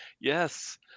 Yes